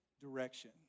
direction